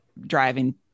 driving